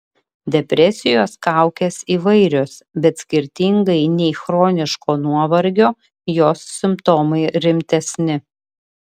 depresijos kaukės įvairios bet skirtingai nei chroniško nuovargio jos simptomai rimtesni